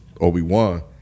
Obi-Wan